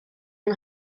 yng